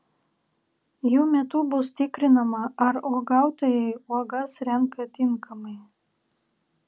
jų metų bus tikrinama ar uogautojai uogas renka tinkamai